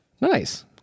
nice